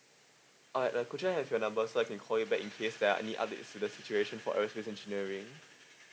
I uh could have your number so I can call you back in case there are any updates to the situation for us with engineering